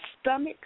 stomach